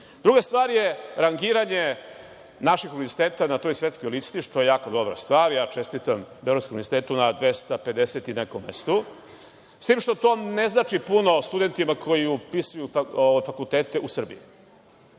stvar je rangiranje naših univerziteta na toj svetskoj listi, što je jako dobra stvar. Ja čestitam Beogradskom univerzitetu na 250 i nekom mestu, s tim što to ne znači puno studentima koji upisuju fakultete u Srbiji.